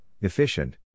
efficient